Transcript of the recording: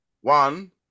One